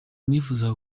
nifuzaga